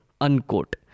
unquote